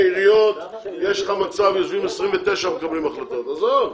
בעיריות יש לך מצב - יושבים 29 מקבלים החלטה וזהו.